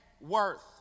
worth